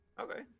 Okay